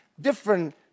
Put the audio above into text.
different